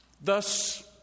Thus